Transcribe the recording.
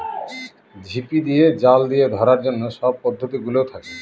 ঝিপি দিয়ে, জাল দিয়ে ধরার অন্য সব পদ্ধতি গুলোও থাকে